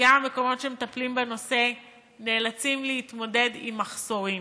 גם מקומות שמטפלים בנושא נאלצים להתמודד עם מחסורים.